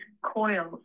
coils